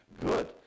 good